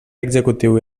executiu